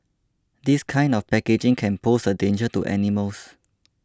this kind of packaging can pose a danger to animals